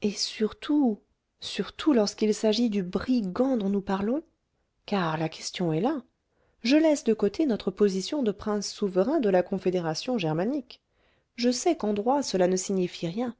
et surtout surtout lorsqu'il s'agit du brigand dont nous parlons car la question est là je laisse de côté notre position de prince souverain de la confédération germanique je sais qu'en droit cela ne signifie rien